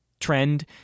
trend